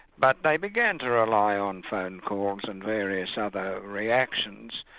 but they began to rely on phone calls and various other reactions,